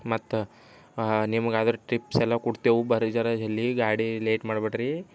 ಮತ್ತು ನಿಮ್ಗೆ ಅದರ ಟಿಪ್ಸೆಲ್ಲ ಕೊಡ್ತೇವು ಬನ್ರಿ ಜರಾ ಜಲ್ದಿ ಗಾಡಿ ಲೇಟ್ ಮಾಡಬೇಡ್ರಿ